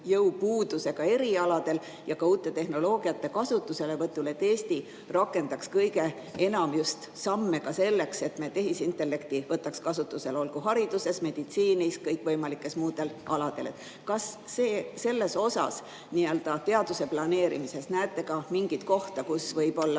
tööjõupuudusega erialadel ja ka uute tehnoloogiate kasutuselevõtul, et Eesti rakendaks kõige enam samme selleks, et me tehisintellekti võtaks kasutusele, olgu hariduses, meditsiinis või kõikvõimalikel muudel aladel. Kas te selles osas, nii-öelda teaduse planeerimisel näete ka mingit kohta, kus võib-olla